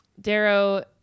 Darrow